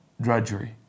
drudgery